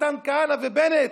מתן כהנא ובנט.